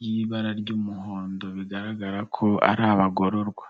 n'ibara ry'umuhondo bigaragara ko ari abagororwa.